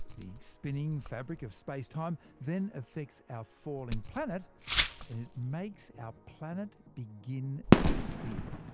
the spinning fabric of space-time then affects our falling planet and makes our planet begin to spin!